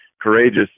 courageous